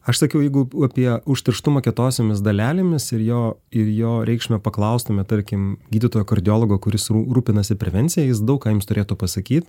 aš sakiau jeigu apie užterštumą kietosiomis dalelėmis ir jo ir jo reikšmę paklaustumėt tarkim gydytojo kardiologo kuris rū rūpinasi prevencija jis daug ką jums turėtų pasakyt